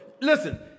listen